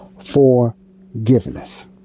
Forgiveness